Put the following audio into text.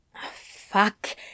fuck